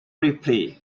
replay